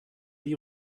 die